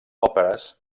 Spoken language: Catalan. òperes